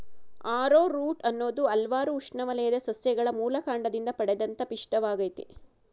arrowroot ಅನ್ನೋದು ಹಲ್ವಾರು ಉಷ್ಣವಲಯದ ಸಸ್ಯಗಳ ಮೂಲಕಾಂಡದಿಂದ ಪಡೆದಂತ ಪಿಷ್ಟವಾಗಯ್ತೆ